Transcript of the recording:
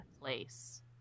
place